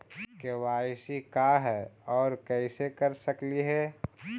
KYC का है, और कैसे कर सकली हे?